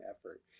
effort